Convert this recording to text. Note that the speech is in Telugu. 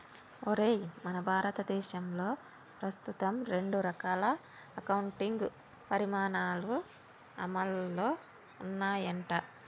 ఒరేయ్ మన భారతదేశంలో ప్రస్తుతం రెండు రకాల అకౌంటింగ్ పమాణాలు అమల్లో ఉన్నాయంట